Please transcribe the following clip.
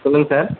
சொல்லுங்கள் சார்